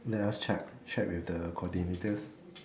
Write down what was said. let us check check with the coordinators